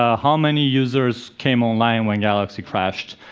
ah how many users came online when galaxy crashed?